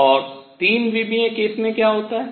और 3 विमीय केस में क्या होता है